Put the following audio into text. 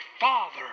Father